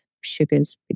sugars